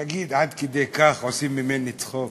תגיד: עד כדי כך עושים ממני צחוק?